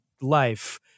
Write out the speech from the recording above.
life